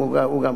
נכון,